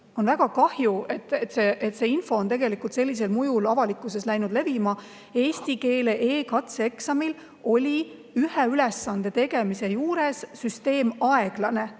On väga kahju, et [vastupidine] info on tegelikult sellisel kujul avalikkuses levinud. Eesti keele e-katseeksamil oli ühe ülesande tegemise juures süsteem aeglane